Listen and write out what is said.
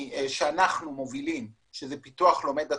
שאנחנו מובילים, שזה פיתוח לומד עצמאי,